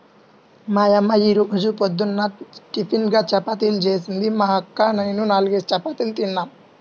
మా యమ్మ యీ రోజు పొద్దున్న టిపిన్గా చపాతీలు జేసింది, మా అక్క నేనూ నాల్గేసి చపాతీలు తిన్నాం